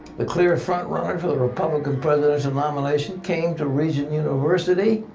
the clear front-runner for the republican presidential nomination came to regent university,